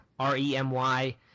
R-E-M-Y